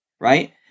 Right